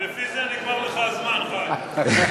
לפי זה, נגמר לך הזמן, חיים.